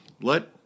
Let